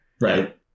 Right